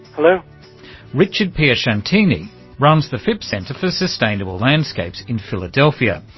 but richard piacentini runs the phipps center for sustainable landscapes in philadelphia.